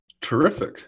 terrific